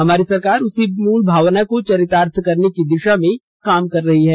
हमारी सरकार उसी मूल भावना को चरितार्थ करने की दिशा में काम कर रही है